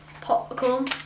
Popcorn